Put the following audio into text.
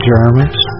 Germans